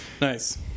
Nice